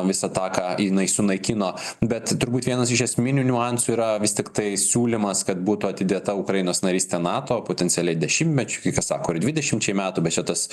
visą tą ką jinai sunaikino bet turbūt vienas iš esminių niuansų yra vis tiktai siūlymas kad būtų atidėta ukrainos narystė nato potencialiai dešimtmečiu kai kas sako ir dvidešimčiai metų bet čia tas